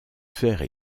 faire